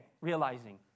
realizing